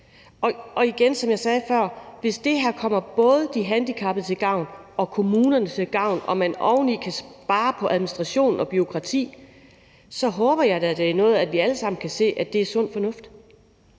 jeg sige, som jeg sagde før: Hvis det her kommer både de handicappede til gavn og kommunerne til gavn og man oveni kan spare på administration og bureaukrati, håber jeg da, at det er noget, vi alle sammen kan se er sund fornuft.